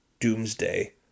doomsday